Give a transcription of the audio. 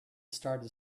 started